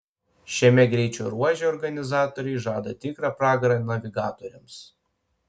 šiame greičio ruože organizatoriai žada tikrą pragarą navigatoriams